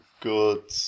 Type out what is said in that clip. good